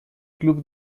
club